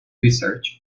research